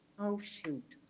oh, shoot.